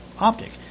optic